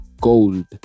gold